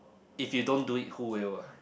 if you don't do it who will ah